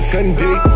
Sunday